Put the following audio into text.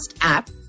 app